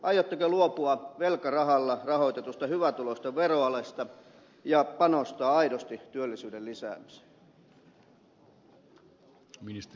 aiotteko luopua velkarahalla rahoitetusta hyvätuloisten veroalesta ja panostaa aidosti työllisyyden lisäämiseen